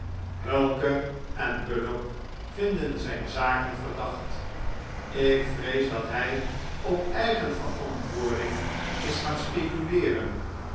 hulker bullock vinden zijn zaken verdacht ik vrees dat hij op eigen verantwoording is gaan speculeeren